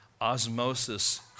osmosis